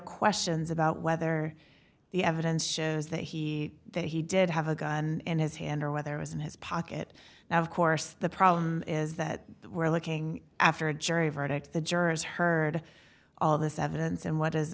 questions about whether the evidence shows that he that he did have a gun in his hand or whether it was in his pocket now of course the problem is that we're looking after a jury verdict the jurors heard all this evidence and what is